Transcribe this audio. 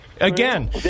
Again